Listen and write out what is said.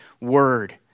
word